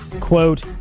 quote